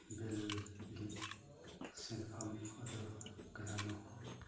ꯕꯤꯜꯒꯤ ꯁꯦꯟꯐꯝ ꯑꯗꯨ ꯀꯌꯥꯅꯣ